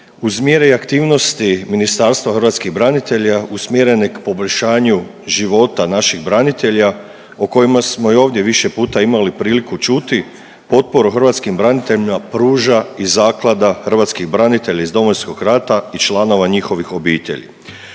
uz mjere i aktivnosti Ministarstva hrvatskih branitelja usmjerene k poboljšanju života naših branitelja, o kojima smo i ovdje više puta imali priliku čuti, potporu hrvatskim braniteljima pruža i Zaklada hrvatskih branitelja iz Domovinskog rata i članova njihovih obitelji,